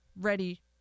ready